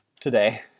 today